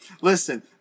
Listen